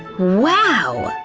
wow!